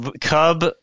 Cub